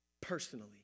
personally